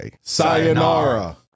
Sayonara